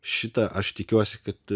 šitą aš tikiuosi kad